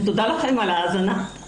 ותודה לכם על ההאזנה.